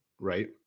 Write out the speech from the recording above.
right